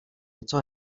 něco